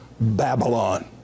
Babylon